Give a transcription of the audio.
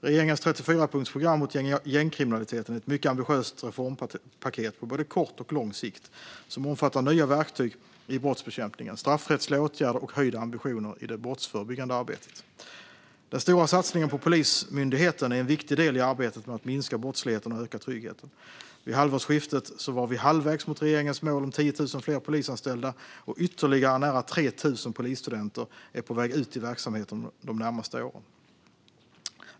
Regeringens 34-punktsprogram mot gängkriminaliteten är ett mycket ambitiöst reformpaket på både kort och lång sikt som omfattar nya verktyg i brottsbekämpningen och straffrättsliga åtgärder och höjda ambitioner i det brottsförebyggande arbetet. Den stora satsningen på Polismyndigheten är en viktig del i arbetet med att minska brottsligheten och öka tryggheten. Vid halvårsskiftet var vi halvvägs mot regeringens mål om 10 000 fler polisanställda, och ytterligare nära 3 000 polisstudenter är på väg ut i verksamheten de närmaste åren.